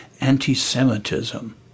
anti-Semitism